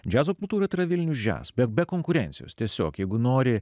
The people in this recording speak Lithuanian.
džiazo kultūra yra vilnius jazz bet be konkurencijos tiesiog jeigu nori